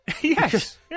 Yes